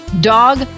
Dog